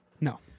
No